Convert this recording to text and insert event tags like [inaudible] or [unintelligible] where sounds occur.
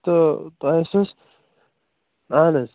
تہٕ تۄہہِ [unintelligible] اَہَن حظ